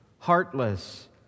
heartless